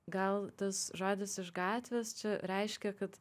gal tas žodis iš gatvės čia reiškia kad